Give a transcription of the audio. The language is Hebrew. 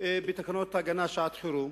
בתקנות הגנה לשעת-חירום,